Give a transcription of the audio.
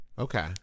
Okay